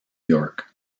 york